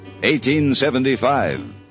1875